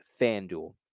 FanDuel